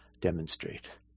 demonstrate